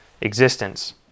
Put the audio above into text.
existence